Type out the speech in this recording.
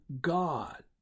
God